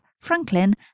Franklin